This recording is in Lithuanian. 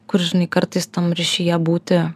kur žinai kartais tam ryšyje būti